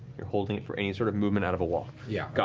you're holding it for any sort of movement out of a wall. yeah got